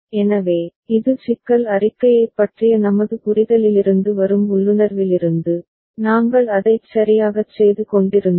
எனவே இது சிக்கல் அறிக்கையைப் பற்றிய நமது புரிதலிலிருந்து வரும் உள்ளுணர்விலிருந்து நாங்கள் அதைச் சரியாகச் செய்து கொண்டிருந்தோம்